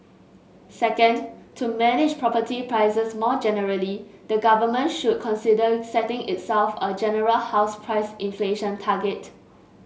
second to manage property prices more generally the government should consider setting itself a general house price inflation target